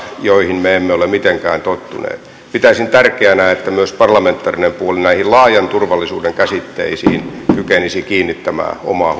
joihin me emme ole mitenkään tottuneet pitäisin tärkeänä että myös parlamentaarinen puoli näihin laajan turvallisuuden käsitteisiin kykenisi kiinnittämään omaa